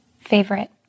favorite